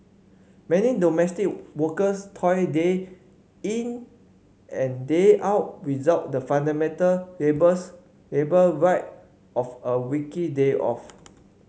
many domestic workers toil day in and day out without the fundamental labours labour right of a weekly day off